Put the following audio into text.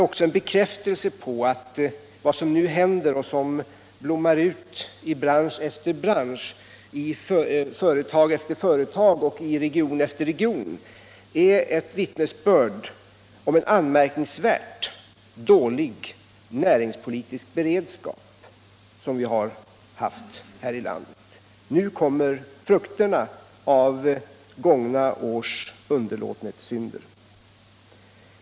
Det som nu händer i bransch efter bransch, i företag efter företag och i region efter region är ett vittnesbörd om att vi har haft en anmärkningsvärt dålig näringspolitisk beredskap här i landet. Nu får vi skörda frukterna av gångna års underlåtenhetssynder.